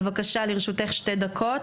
בבקשה, לרשותך שתי דקות.